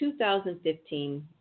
2015